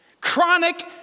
Chronic